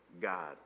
God